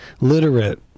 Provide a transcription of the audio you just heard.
literate